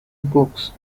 books